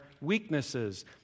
weaknesses